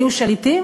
היו שליטים